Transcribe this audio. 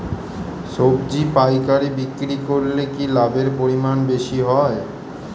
সবজি পাইকারি বিক্রি করলে কি লাভের পরিমাণ বেশি হয়?